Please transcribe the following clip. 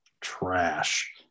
trash